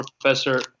professor